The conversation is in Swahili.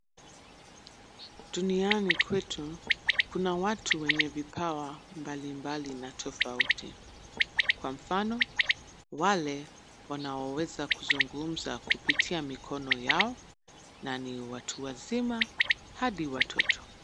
Duniani kwetu kuna watu wenye vipawa mbalimbali na tofauti. Kwa mfano, wale wanaoweza kuzugumza kupitia mikono yao na ni watu wazima, hadi watoto.